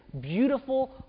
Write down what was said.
beautiful